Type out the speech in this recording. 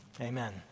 Amen